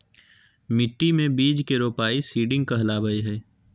मिट्टी मे बीज के रोपाई सीडिंग कहलावय हय